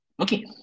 Okay